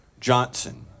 johnson